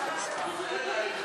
הכנסת איילת